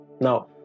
Now